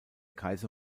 kaiser